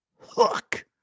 Hook